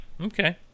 Okay